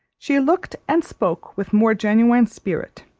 she looked and spoke with more genuine spirit,